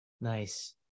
Nice